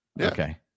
okay